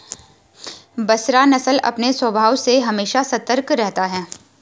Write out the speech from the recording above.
बसरा नस्ल अपने स्वभाव से हमेशा सतर्क रहता है